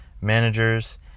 managers